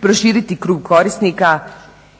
proširiti krug korisnika